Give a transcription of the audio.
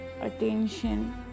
attention